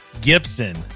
Gibson